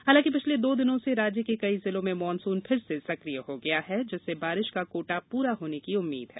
हालांकि पिछले दो दिनों से राज्य के कई जिलों में मानसून फिर से सकिय हो गया है जिससे बारिश का कोटा पूरा होने की उम्मीद है